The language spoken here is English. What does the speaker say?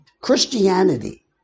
Christianity